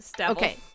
Okay